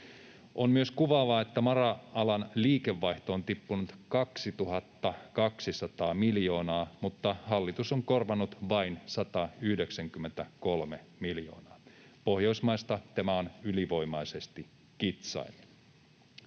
On myös kuvaavaa, että mara-alan liikevaihto on tippunut 2 200 miljoonaa mutta hallitus on korvannut vain 193 miljoonaa. Pohjoismaista tämä on ylivoimaisesti kitsainta.